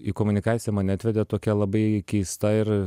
į komunikaciją mane atvedė tokia labai keista ir